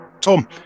Tom